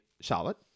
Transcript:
Charlotte